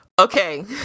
Okay